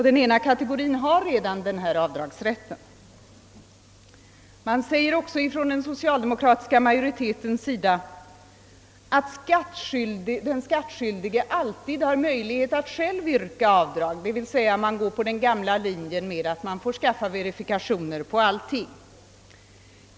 Den ena kategorien har redan denna avdragsrätt. Den socialdemokratiska majoriteten säger också att den skattskyldige alltid själv kan yrka på avdrag, d.v.s. utskottsmajoriteten går på den gamla linjen att vederbörande får skaffa verifikationer på allting.